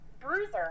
Bruiser